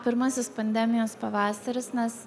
pirmasis pandemijos pavasaris nes